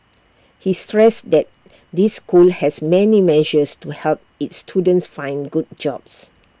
he stressed that this school has many measures to help its students find good jobs